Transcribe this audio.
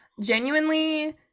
Genuinely